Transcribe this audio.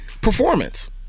performance